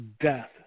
death